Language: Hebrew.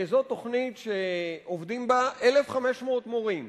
זו תוכנית שעובדים בה 1,500 מורים,